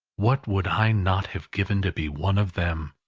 what would i not have given to be one of them!